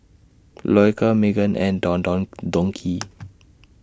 Loacker Megan and Don Don Donki